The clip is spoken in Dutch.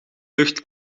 lucht